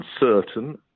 uncertain